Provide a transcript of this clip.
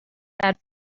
bad